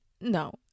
No